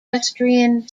equestrian